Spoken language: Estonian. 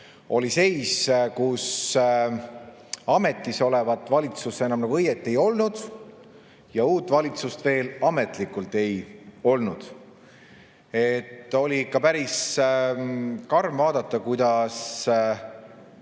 oli seis, kus ametis olevat valitsust enam nagu õieti ei olnud ja uut valitsust veel ametlikult ei olnud. Oli ikka päris karm vaadata, kuidas